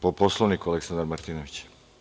Po Poslovniku, Aleksandar Martinović.